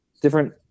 different